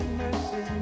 mercy